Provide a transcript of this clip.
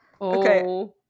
Okay